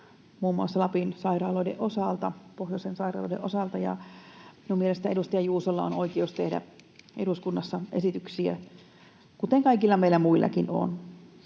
osalta, pohjoisen sairaaloiden osalta. — Minun mielestäni edustaja Juusolla on oikeus tehdä eduskunnassa esityksiä, kuten kaikilla meillä muillakin on.